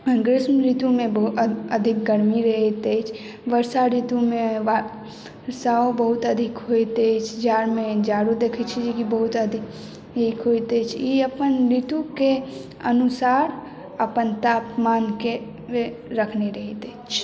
ग्रीष्म ऋतु मे बहुत अधिक गरमी रहैत अछि बरसा ऋतु मे बरषो बहुत अधिक होइत अछि जाड़ मे जाड़ों देखै छी जेकि बहुत अधिक होइत अछि ई अपन ऋतु के अनुसार अपन तापमान के रखने रहैत अछि